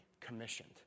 commissioned